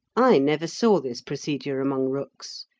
i never saw this procedure among rooks,